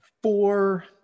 four